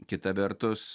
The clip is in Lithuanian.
kita vertus